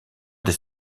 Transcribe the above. des